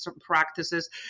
practices